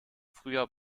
früher